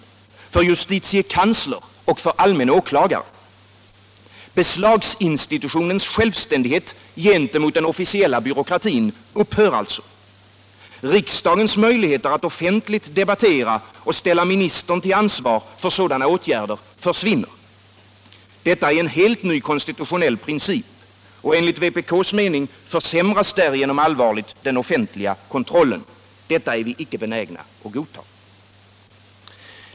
för justitiekansler och för almän åklagare. Beslagsinstitutionens självständighet gentemot byråkratin upphör alltså. Riksdagens möjligheter att offentligt debattera och ställa ministern till ansvar för sådana åtgärder försvinner. Detta är en helt ny konstitutionelt princip. Enligt vpk:s mening försämras därigenom allvarligt den offentliga kontrollen. Detta är vi icke benägna att godta.